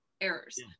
errors